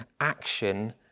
action